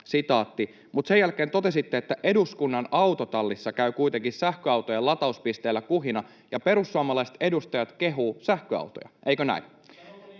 mutta sen jälkeen totesitte, että eduskunnan autotallissa käy kuitenkin sähköautojen latauspisteillä kuhina ja perussuomalaiset edustajat kehuvat sähköautoja, eikö näin?